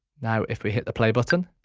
now if we hit the play button